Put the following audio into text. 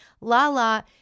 Lala